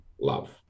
love